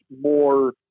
more